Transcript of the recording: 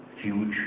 huge